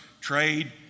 trade